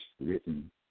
written